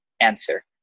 answer